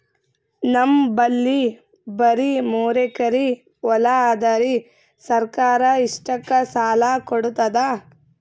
ನಮ್ ಬಲ್ಲಿ ಬರಿ ಮೂರೆಕರಿ ಹೊಲಾ ಅದರಿ, ಸರ್ಕಾರ ಇಷ್ಟಕ್ಕ ಸಾಲಾ ಕೊಡತದಾ?